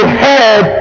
head